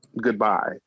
Goodbye